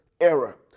era